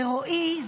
לרועי,